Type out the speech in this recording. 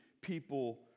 people